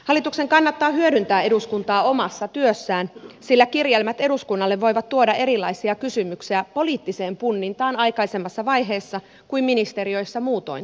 hallituksen kannattaa hyödyntää eduskuntaa omassa työssään sillä kirjelmät eduskunnalle voivat tuoda erilaisia kysymyksiä poliittiseen punnintaan aikaisemmassa vaiheessa kuin ministeriöissä muutoin tapahtuisi